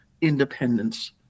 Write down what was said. independence